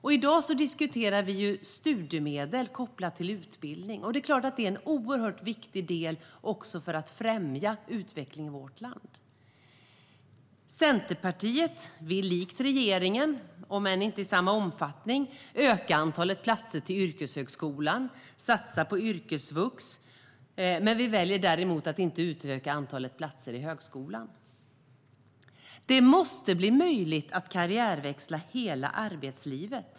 I dag diskuterar vi ju studiemedel kopplat till utbildning, och det är klart att det är en oerhört viktig del för att främja utveckling i vårt land. Centerpartiet vill likt regeringen, om än inte i samma omfattning, öka antalet platser till yrkeshögskolan och satsa på yrkesvux. Vi väljer däremot att inte utöka antalet platser i högskolan. Det måste bli möjligt att karriärväxla under hela arbetslivet.